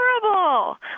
terrible